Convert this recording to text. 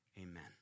Amen